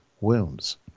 wounds